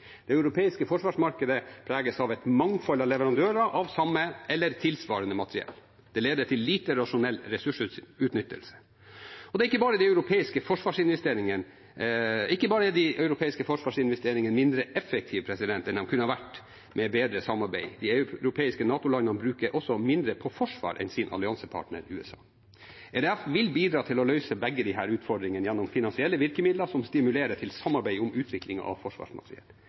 Det europeiske forsvarsmarkedet preges av et mangfold av leverandører av samme eller tilsvarende materiell. Det leder til lite rasjonell ressursutnyttelse. Ikke bare er de europeiske forsvarsinvesteringene mindre effektive enn de kunne ha vært med et bedre samarbeid; de europeiske NATO-landene bruker også mindre på forsvar enn sin alliansepartner USA. EDF vil bidra til å løse begge disse utfordringene gjennom finansielle virkemidler som stimulerer til samarbeid om utvikling av